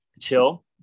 chill